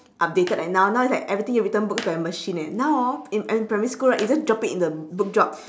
updated like now now is like everything you return books by machine eh now orh in in primary school right you just drop it in the book drop